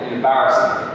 embarrassing